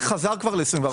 אני